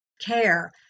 care